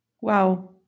Wow